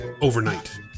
overnight